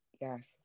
Yes